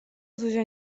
zuzia